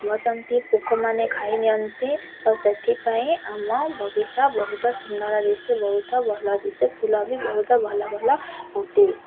ବସନ୍ତି ପୋକମାନେ ଖାଇ ନିଅନ୍ତି ସେଥିପାଇଁ ଆମ ବଗିଚା ବହୁତ ସୁନ୍ଦର ଦିଶେ ବହୁତ ଭଲ ଦିଶେ ଫୁଲ ବି ବହୁତ ଭଲ ଭଲ ଫୁଟେ